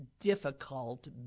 difficult